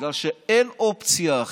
בגלל שאין אופציה אחרת,